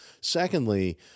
Secondly